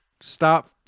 stop